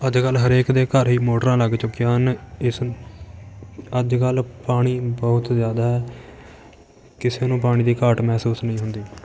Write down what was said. ਅੱਜ ਕੱਲ੍ਹ ਹਰੇਕ ਦੇ ਘਰ ਹੀ ਮੋਟਰਾਂ ਲੱਗ ਚੁੱਕੀਆਂ ਹਨ ਇਸ ਅੱਜ ਕੱਲ੍ਹ ਪਾਣੀ ਬਹੁਤ ਜ਼ਿਆਦਾ ਹੈ ਕਿਸੇ ਨੂੰ ਪਾਣੀ ਦੀ ਘਾਟ ਮਹਿਸੂਸ ਨਹੀਂ ਹੁੰਦੀ